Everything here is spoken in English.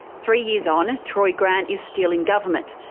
three years on, ah troy grant is still in government,